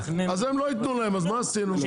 אז הם לא יתנו להם אז מה עשינו?